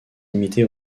limitée